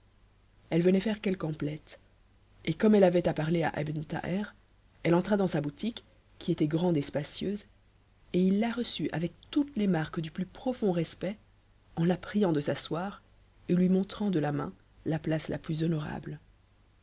elle venait de faire quelque emplette et comme elle avait à parler à ebn thaher elle entra dans sa boutique qui était grande et spacieuse et il la reçut avec toutes les marques du plus profond respect en la priant de s'asseoir et lui montrant de la main la place la plus honorable